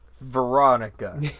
Veronica